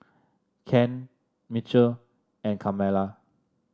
Ken Mitchell and Carmela